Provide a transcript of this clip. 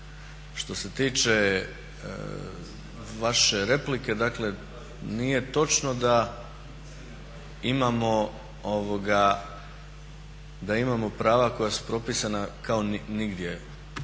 Što se tiče vaše replike, dakle nije točno da imamo prava koja su propisana kao nigdje,